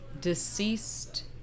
deceased